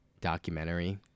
documentary